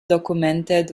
documented